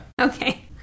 Okay